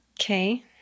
Okay